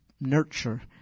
nurture